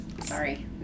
Sorry